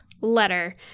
letter